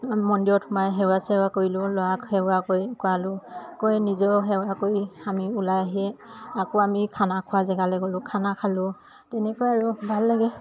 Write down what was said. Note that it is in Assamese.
মন্দিৰত সোমাই সেৱা চেৱা কৰিলোঁ ল'ৰাক সেৱা কৰালোঁ কৰি নিজেও সেৱা কৰি আমি ওলাই আহি আকৌ আমি খানা খোৱা জেগালে গ'লোঁ খানা খালোঁ তেনেকৈ আৰু ভাল লাগে